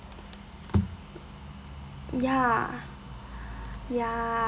ya ya